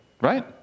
right